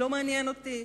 לא מעניין אותי.